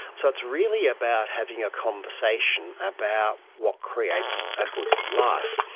so it's really about having a conversation about what creates a good life,